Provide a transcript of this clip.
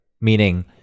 meaning